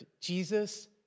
Jesus